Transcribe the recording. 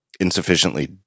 insufficiently